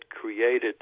created